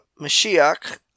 mashiach